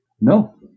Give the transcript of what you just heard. No